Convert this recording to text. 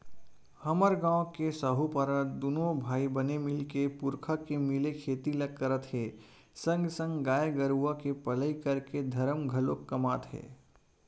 हमर गांव के साहूपारा दूनो भाई बने मिलके पुरखा के मिले खेती ल करत हे संगे संग गाय गरुवा के पलई करके धरम घलोक कमात हे